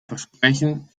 versprechen